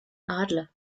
adler